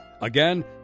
Again